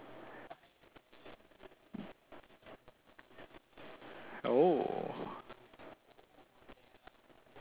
oh